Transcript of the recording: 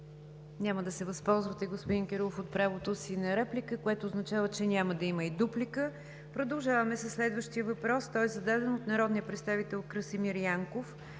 Няма да се възползвате, господин Кирилов, от правото си на реплика, което означава, че няма да има и дуплика. Продължаваме със следващия въпрос, зададен от народния представител Красимир Янков